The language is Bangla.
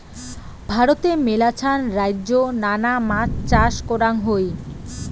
ভারতে মেলাছান রাইজ্যে নানা মাছ চাষ করাঙ হই